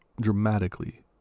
dramatically